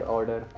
Order